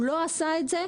הוא לא עשה את זה,